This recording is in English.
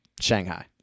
Shanghai